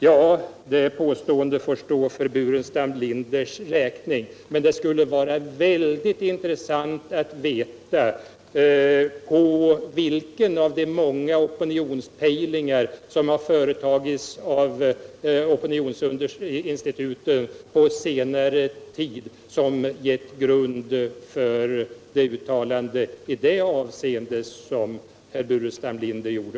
Ja, det påståendet får stå för Burenstam Linders räkning. Men det vore väldigt intressant att få veta vilken av de många opinionspejlingar som företagits av opinionsinstituten på senare tid som givit grunden för Burenstam Linders uttalande i detta avseende.